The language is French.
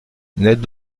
ned